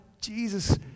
Jesus